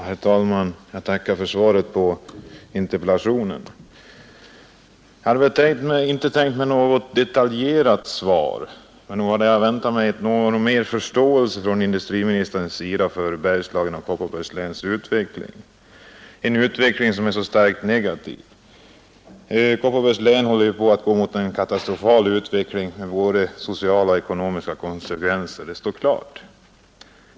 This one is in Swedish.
Herr talman! Jag tackar för svaret på min interpellation. Jag hade inte tänkt mig ett så detaljerat svar men nog hade jag väntat mig större förståelse från industriministern för Bergslagens och Kopparbergs läns utveckling, som är så starkt negativ. Det står helt klart att Kopparbergs län håller på att gå mot en katastrofal utveckling med både sociala och ekonomiska konsekvenser.